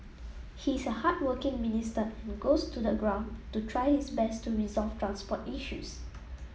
he's a hardworking minister and goes to the ground to try his best to resolve transport issues